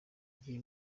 gihe